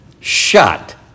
Shut